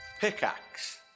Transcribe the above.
Pickaxe